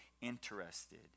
interested